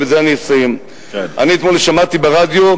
ובזה אני אסיים: אתמול שמעתי ברדיו,